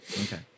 Okay